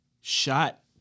Shot